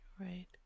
Right